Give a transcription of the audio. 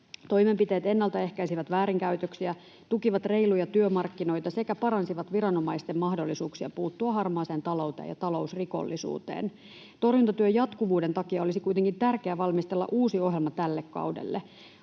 Toimenpiteet ennaltaehkäisivät väärinkäytöksiä, tukivat reiluja työmarkkinoita sekä paransivat viranomaisten mahdollisuuksia puuttua harmaaseen talouteen ja talousrikollisuuteen. Torjuntatyön jatkuvuuden takia olisi kuitenkin tärkeää valmistella uusi ohjelma tälle kaudelle.